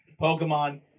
Pokemon